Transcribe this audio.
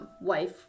wife